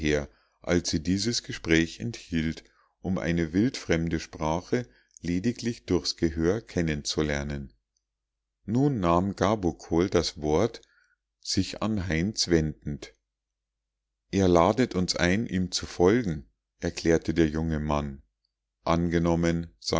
als sie dieses gespräch enthielt um eine wildfremde sprache lediglich durchs gehör kennen zu lernen nun nahm gabokol das wort sich an heinz wendend er ladet uns ein ihm zu folgen erklärte der junge mann angenommen